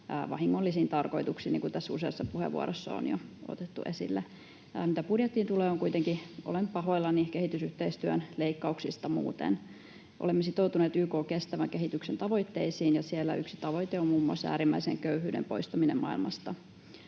vahingollisiin tarkoituksiin, niin kuin useassa puheenvuorossa on jo otettu esille. Mitä budjettiin tulee, olen pahoillani kehitysyhteistyön leikkauksista muuten. Olemme sitoutuneet YK:n kestävän kehityksen tavoitteisiin, ja siellä yksi tavoite on muun muassa äärimmäisen köyhyyden poistaminen maailmasta.